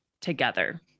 together